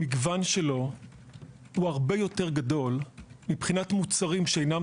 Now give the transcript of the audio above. המגוון שלו הוא הרבה יותר גדול מבחינת מוצרים שאינם